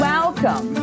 Welcome